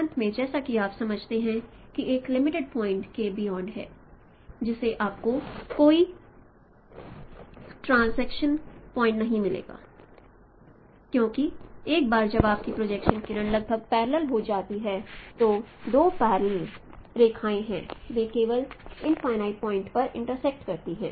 अंत में जैसा कि आप समझते हैं कि एक लिमिटेड पॉइंट के बियोंड है जिसे आपको कोई इंटरसेक्शन पॉइंट नहीं मिलेगा क्योंकि एक बार जब आपकी प्रोजेक्शन किरण लगभग पैरलेल हो जाती है तो दो पैरलेल रेखाएं हैं वे केवल इन्फाईनाइट पॉइंट पर इंटरसेक्ट करती हैं